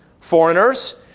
foreigners